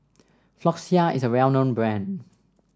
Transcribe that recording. Floxia is a well known brand